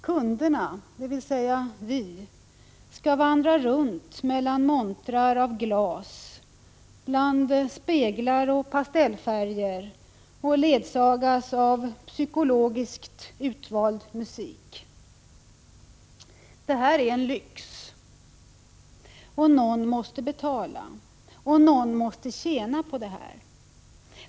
Kunderna, dvs. vi, skall vandra runt mellan montrar av glas, bland speglar och pastellfärger och ledsagas av psykologiskt utvald musik. Det här är en lyx och någon måste betala — och någon måste tjäna på detta.